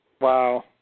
Wow